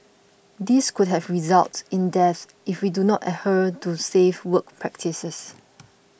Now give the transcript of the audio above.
these could have resulted in deaths if we do not adhere to safe work practices